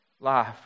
Life